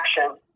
action